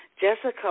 Jessica